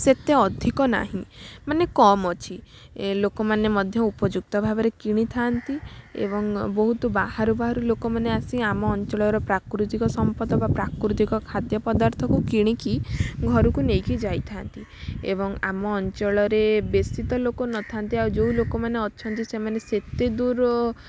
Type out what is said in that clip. ସେତେ ଅଧିକ ନାହିଁ ମାନେ କମ୍ ଅଛି ଲୋକମାନେ ମଧ୍ୟ ଉପଯୁକ୍ତ ଭାବରେ କିଣିଥାନ୍ତି ଏବଂ ବହୁତ ବାହାରୁ ବାହାରୁ ଲୋକମାନେ ଆସି ଆମ ଅଞ୍ଚଳର ପ୍ରାକୃତିକ ସମ୍ପଦ ବା ପ୍ରାକୃତିକ ଖାଦ୍ୟ ପଦାର୍ଥକୁ କିଣିକି ଘରକୁ ନେଇକି ଯାଇଥାନ୍ତି ଏବଂ ଆମ ଅଞ୍ଚଳରେ ବେଶୀ ତ ଲୋକ ନଥାନ୍ତି ଆଉ ଯେଉଁ ଲୋକମାନେ ଅଛନ୍ତି ସେମାନେ ସେତେ ଦୂର